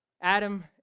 Adam